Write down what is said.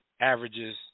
averages